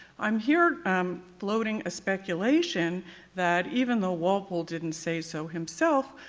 i'm here um floating a speculation that even though walpole didn't say so himself,